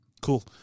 Cool